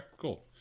Cool